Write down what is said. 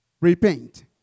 repent